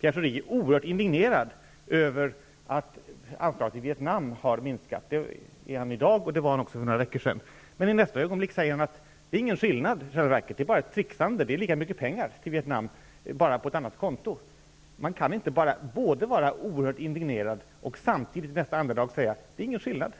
Pierre Schori är oerhört indignerad över att anslaget till Vietnam har minskat. Det är han i dag, och det var han också för några veckor sedan. Men i nästa ögonblick säger han att det i själva verket inte är någon skillnad. Det är bara ett trixande. Det är lika mycket pengar till Vietnam. De förs bara över till ett annat konto. Man kan inte både vara oerhört indignerad och samtidigt i nästa andetag säga: ''Det är ingen skillnad.